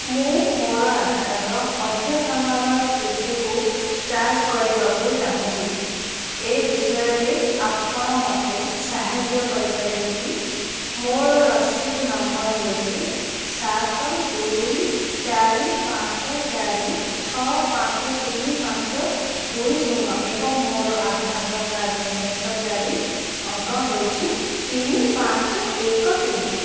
ମୁଁ ମୋର ଆଧାର ଅଦ୍ୟତନର ସ୍ଥିତିକୁ ଯାଞ୍ଚ କରିବାକୁ ଚାହୁଁଛି ଏ ବିଷୟରେ ଆପଣ ମୋତେ ସାହାଯ୍ୟ କରିପାରିବେ କି ମୋର ରସିଦ ନମ୍ବର ହେଉଛି ସାତ ଦୁଇ ଚାରି ପାଞ୍ଚ ଚାରି ଛଅ ପାଞ୍ଚ ତିନି ପାଞ୍ଚ ଦୁଇ ଶୂନ ଏବଂ ମୋ ଆଧାର କାର୍ଡ଼ର ଶେଷ ଚାରି ଅଙ୍କ ହେଉଛି ତିନି ପାଞ୍ଚ ଏକ ତିନି